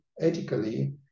ethically